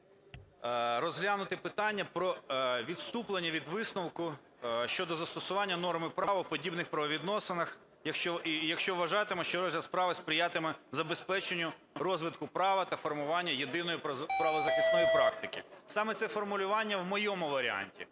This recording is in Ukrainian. розглянути питання про відступлення від висновку щодо застосування норми права в подібних правовідносинах, якщо вважатиме, що розгляд справи сприятиме забезпеченню розвитку права та формуванню єдиної правозахисної практики. Саме це формулювання в моєму варіанті.